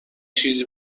چیزی